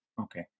Okay